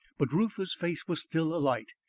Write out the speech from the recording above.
but reuther's face was still alight.